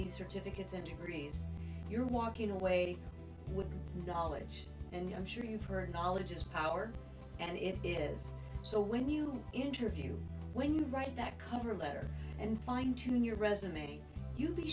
these certificates and agrees you're walking away with knowledge and i'm sure you've heard knowledge is power and if it is so when you interview when you write that cover letter and fine tune your resume you